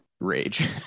Rage